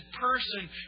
person